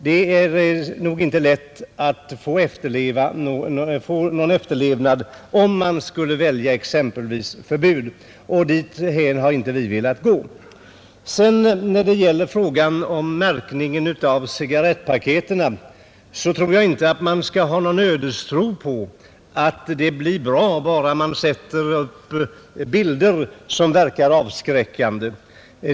Det är nog inte lätt att få någon efterlevnad, om man skulle välja förbud, och dithän har inte vi velat gå. När det gäller frågan om märkning av cigarrettpaketen, så anser jag inte att man skall ha någon ödestro på att det blir bra bara man sätter på bilder som verkar avskräckande.